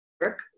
work